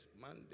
Monday